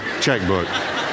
checkbook